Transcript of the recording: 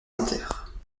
nanterre